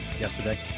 yesterday